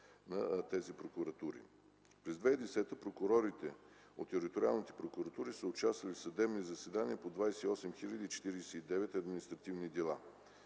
на тези прокуратури. През 2010 г. прокурорите от териториалните прокуратури са участвали в съдебни заседания по 28 049 административни дела.